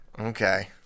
Okay